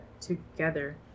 together